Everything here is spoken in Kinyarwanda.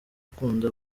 ukunda